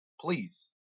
Please